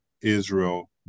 Israel